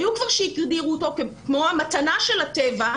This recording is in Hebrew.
היו כבר שהגדירו אותו כמו המתנה של הטבע,